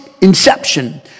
inception